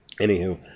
Anywho